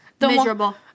miserable